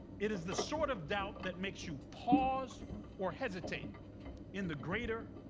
it is the sort of doubt that makes you pause or hesitate in the greater,